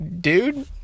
dude